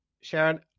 Sharon